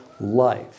life